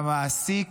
שהמעסיק